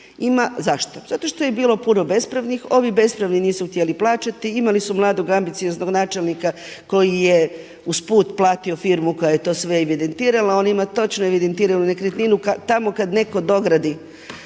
Zašto? Zato što je bilo puno bespravnih. Ovi bespravni nisu htjeli plaćati. Imali su mladog, ambicioznog načelnika koji je usput platio firmu koja je to sve evidentirala. On ima točno evidentiranu nekretninu. Tamo kad netko dogradi